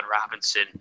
Robinson